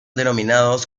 denominados